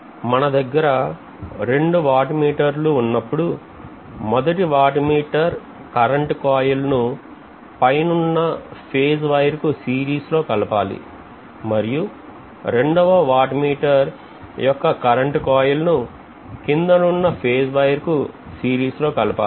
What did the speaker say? మన దగ్గర 2 watt meter లు ఉన్నప్పుడు మొదటి వాట్ మీటర్ కరెంటు కోయిల్ ను పైనున్న ఫేజ్ వైర్ కు సిరీస్ లో కలపాలి మరియు రెండవ వాట్ మీటర్ యొక్క కరెంటు కాయిల్ ను క్రిందనున్న ఫేజ్ వైర్ కు సిరీస్ లో కలపాలి